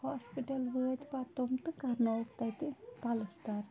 تہٕ ہاسپِٹَل وٲتۍ پَتہٕ تِم تہِ کَرنووُکھ تَتہِ پَلستَر